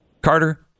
carter